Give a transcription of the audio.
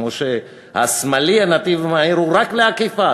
כמו שהשמאלי, הנתיב המהיר, הוא רק לעקיפה.